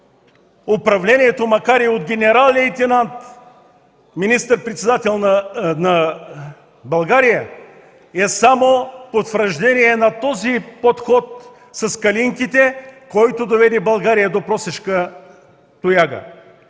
управлението, макар и от генерал-лейтенант – министър-председател на България, е само потвърждение на този подход с „Калинките“, който доведе България до просешка тояга.